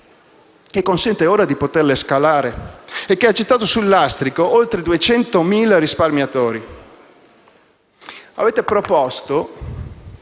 che consente ora di poterle scalare e che ha gettato sul lastrico oltre 200.000 risparmiatori. Avete avuto